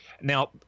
now